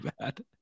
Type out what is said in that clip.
bad